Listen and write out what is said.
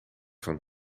van